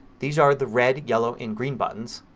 these are the red, yellow, and green buttons,